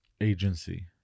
Agency